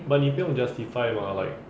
but 你不用 justify mah like